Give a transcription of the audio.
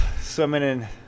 swimming